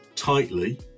Tightly